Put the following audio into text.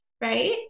Right